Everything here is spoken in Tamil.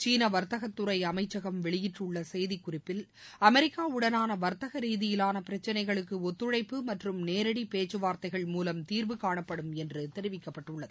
சீன வர்த்தகதுறை அமைச்சகம் தலைநகர் வெளியிட்டுள்ள செய்திக்குறிப்பில் அமெரிக்காவுடனான வர்த்தக ரீதியிலான பிரக்சினைகளுக்கு ஒத்துழழப்பு மற்றும் நேரடி பேக்சுவார்த்தைகள் மூலம் தீர்வு காணப்படும் என்று தெரிவிக்க்பபட்டுள்ளது